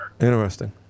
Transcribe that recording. Interesting